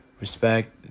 Respect